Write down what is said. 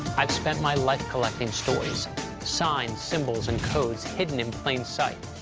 i've spent my life collecting stories signs, symbols, and codes hidden in plain sight.